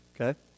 okay